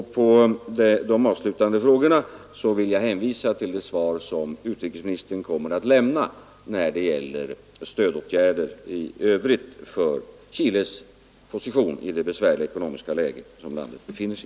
När det gäller de avslutande frågorna vill jag hänvisa till det svar som utrikesministern kommer att lämna när det gäller stödåtgärder i övrigt för Chiles position i det besvärliga ekonomiska läge landet befinner sig.